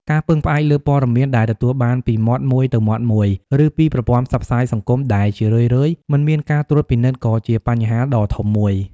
ការពឹងផ្អែកលើព័ត៌មានដែលទទួលបានពីមាត់មួយទៅមាត់មួយ ឬពីប្រព័ន្ធផ្សព្វផ្សាយសង្គម ដែលជារឿយៗមិនមានការត្រួតពិនិត្យក៏ជាបញ្ហាដ៏ធំមួយ។